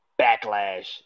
backlash